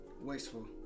Wasteful